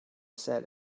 said